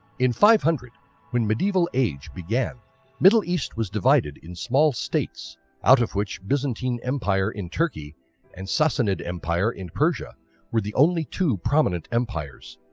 in five hundred when medieval age began middle east was divided in small states out of which byzantine empire in turkey and sassanid empire in persia were the only two prominent empires.